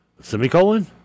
semicolon